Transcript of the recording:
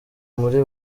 muri